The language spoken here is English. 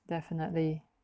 definitely